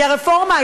כי הרפורמה,